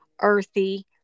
earthy